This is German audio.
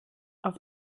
auf